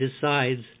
decides